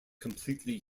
completely